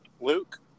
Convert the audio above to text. Luke